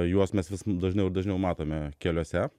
juos mes vis dažniau ir dažniau matome keliuose